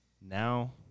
now